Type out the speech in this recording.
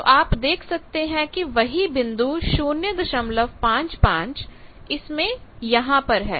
तो आप देख सकते हैं कि वही बिंदु 055 इसमें यहां पर है